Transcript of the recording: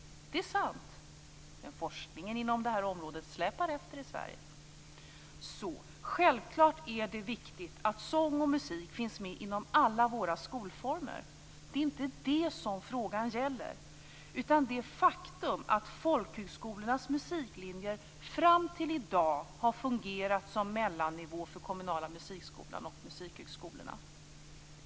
Det är sant. Men forskningen inom det här området släpar efter i Sverige. Självklart är det viktigt att sång och musik finns med inom alla våra skolformer. Det är inte det frågan gäller, utan det faktum att folkhögskolornas musiklinjer fram till i dag har fungerat som mellannivå för kommunala musikskolan och musikhögskolorna.